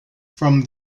from